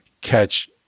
catch